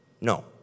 No